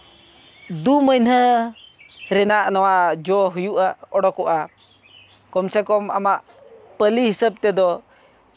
ᱫᱩ ᱢᱟᱹᱦᱱᱟᱹ ᱨᱮᱱᱟᱜ ᱡᱚ ᱦᱩᱭᱩᱜᱼᱟ ᱩᱰᱳᱠᱚᱜᱼᱟ ᱠᱚᱢ ᱥᱮ ᱠᱚᱢ ᱟᱢᱟᱜ ᱯᱟᱹᱞᱤ ᱦᱤᱥᱟᱹᱵ ᱛᱮᱫᱚ